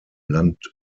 land